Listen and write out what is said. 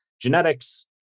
genetics